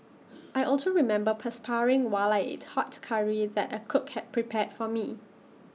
I also remember perspiring while I ate hot Curry that A cook had prepared for me